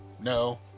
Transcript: No